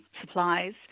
supplies